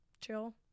chill